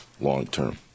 long-term